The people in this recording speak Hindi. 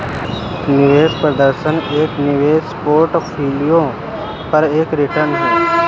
निवेश प्रदर्शन एक निवेश पोर्टफोलियो पर एक रिटर्न है